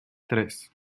tres